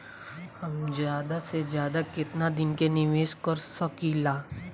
हम ज्यदा से ज्यदा केतना दिन के निवेश कर सकिला?